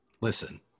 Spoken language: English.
Listen